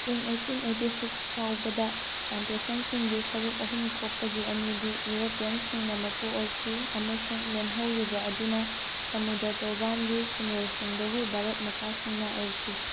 ꯏꯪ eighteen eighty six ꯐꯥꯎꯕꯗ ꯄ꯭ꯂꯥꯟꯇꯦꯁꯟꯁꯤꯡꯒꯤ ꯁꯔꯨꯛ ꯑꯍꯨꯝ ꯊꯣꯛꯄꯒꯤ ꯑꯅꯤꯗꯤ ꯌꯨꯔꯣꯄ꯭ꯌꯟꯁꯤꯡꯅ ꯃꯄꯨ ꯑꯣꯏꯈꯤ ꯑꯃꯁꯨꯡ ꯂꯦꯝꯍꯧꯔꯤꯕ ꯑꯗꯨꯅ ꯁꯃꯨꯗ꯭ꯔ ꯇꯣꯔꯕꯥꯟꯒꯤ ꯈꯨꯟꯌꯣꯜꯁꯤꯡꯗꯒꯤ ꯚꯥꯔꯠ ꯃꯆꯥꯁꯤꯡꯅ ꯑꯣꯏꯈꯤ